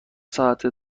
ساعت